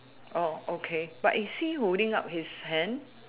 oh okay but is he holding up his hand